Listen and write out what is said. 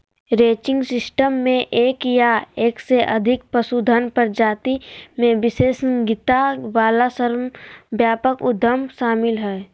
ranching system मे एक या एक से अधिक पशुधन प्रजाति मे विशेषज्ञता वला श्रमव्यापक उद्यम शामिल हय